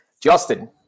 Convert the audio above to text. Justin